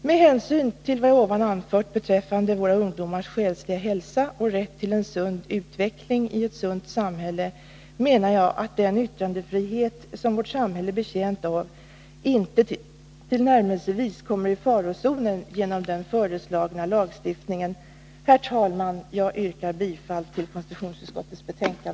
Med hänsyn till vad jag här har anfört beträffande våra ungdomars själsliga hälsa och rätt till en sund utveckling i ett sunt samhälle menar jag att den yttrandefrihet som vårt samhälle är betjänt av inte tillnärmelsevis kommer i farozonen genom den föreslagna lagstiftningen. Herr talman! Jag yrkar bifall till konstitutionsutskottets hemställan.